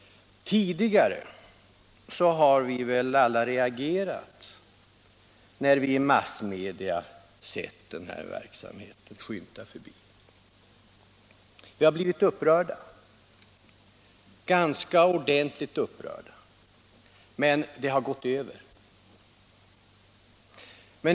Tidigare har vi väl alla reagerat, när vi i massmedia sett den här verksamheten skymta förbi. Vi har blivit ganska ordentligt upprörda, men det har gått över.